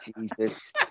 Jesus